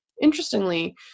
Interestingly